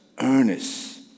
earnest